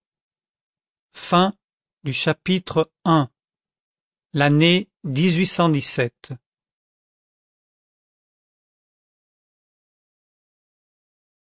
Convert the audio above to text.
chapitre i l'année